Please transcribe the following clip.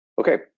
Okay